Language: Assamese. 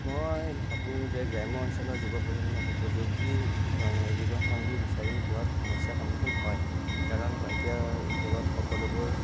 মই ভাবো যে গ্ৰাম্য় অঞ্চলৰ যুৱ প্ৰজন্মই উপযোগী যুৱ সংগী বিচাৰি পোৱাত সমস্য়াৰ সন্মুখীন হয় কাৰণ এতিয়াৰ যুগত সকলোবোৰ